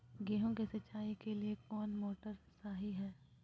गेंहू के सिंचाई के लिए कौन मोटर शाही हाय?